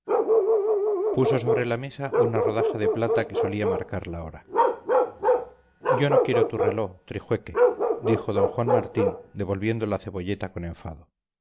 puso sobre la mesa una rodaja de plata que solía marcar la hora yo no quiero tu reló trijueque dijo don juan martín devolviendo la cebolleta con enfado